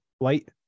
light